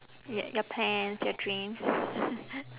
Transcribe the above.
ya your plans your dreams